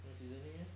then seasoning leh